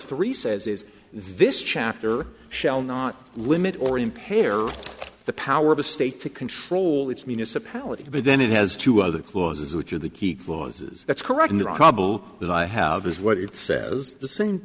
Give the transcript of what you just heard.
three says is this chapter shall not limit or impair the power of a state to control its municipality but then it has two other clauses which are the key clauses that's correct that i have is what it says the same